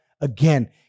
again